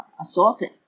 assaulted